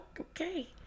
Okay